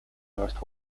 north